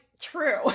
true